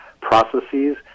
processes